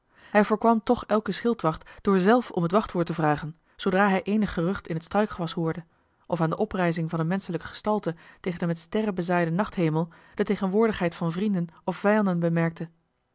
hij voorkwam toch elken schildwacht door zelf om het wachtwoord te vragen zoodra hij eenig joh h been paddeltje de scheepsjongen van michiel de ruijter gerucht in het struikgewas hoorde of aan de oprijzing van een menschelijke gestalte tegen den met sterren bezaaiden nachthemel de tegenwoordigheid van vrienden of vijanden bemerkte